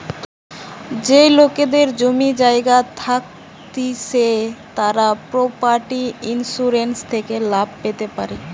যেই লোকেদের জমি জায়গা থাকতিছে তারা প্রপার্টি ইন্সুরেন্স থেকে লাভ পেতে পারে